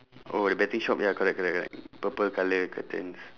oh the betting shop ya correct correct correct purple colour curtains